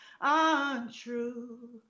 untrue